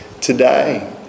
today